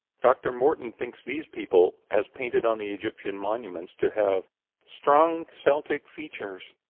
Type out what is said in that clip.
dr. morton thinks these people, as painted on the egyptian monuments, to have strong celtic features.